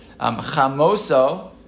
Chamoso